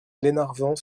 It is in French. glenarvan